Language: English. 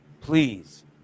please